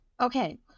Okay